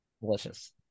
Delicious